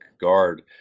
guard